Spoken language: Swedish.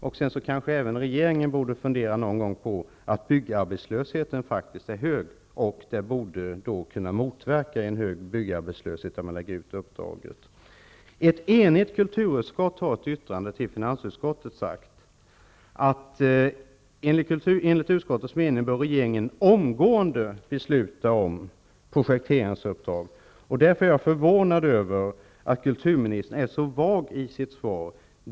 Även regeringen kanske någon gång borde fundera på att byggarbetslösheten faktiskt är hög. Om man lägger ut detta uppdrag, borde en hög byggarbetslöshet kunna motverkas. Ett enigt kulturutskott har i ett yttrande till finansutskottet sagt: Enligt utskottets mening bör regeringen omgående besluta om projekteringsuppdrag. Därför är jag förvånad över att kulturministern är så vag i sitt svar.